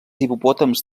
hipopòtams